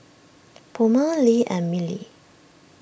Puma Lee and Mili